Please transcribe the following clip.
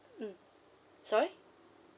mm sorry